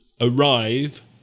arrive